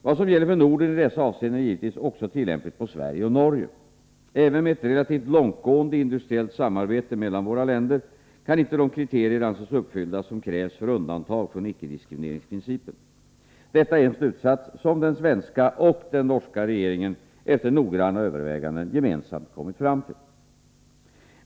Vad som gäller för Norden i dessa avseenden är givetvis också tillämpligt på Sverige och Norge. Även med ett relativt långtgående industriellt samarbete mellan våra länder kan inte de kriterier anses uppfyllda som krävs för undantag från icke-diskrimineringsprincipen. Detta är en slutsats som den svenska och den norska regeringen efter noggranna överväganden gemensamt kommit fram till.